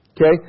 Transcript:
okay